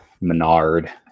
Menard